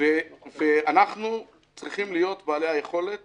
אנחנו צריכים להיות בעלי היכולת